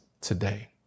today